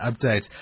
update